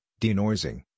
denoising